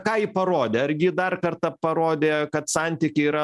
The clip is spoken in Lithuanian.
ką ji parodė ar ji dar kartą parodė kad santykiai yra